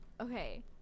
okay